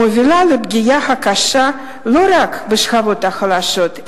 מובילה לפגיעה הקשה לא רק בשכבות החלשות,